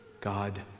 God